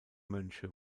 mönche